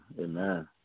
amen